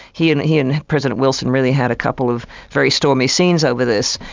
he and he and president wilson really had a couple of very stormy scenes over this,